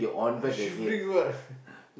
uh she big what